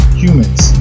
humans